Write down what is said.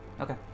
Okay